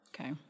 Okay